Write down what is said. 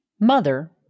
mother